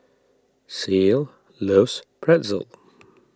Ceil loves Pretzel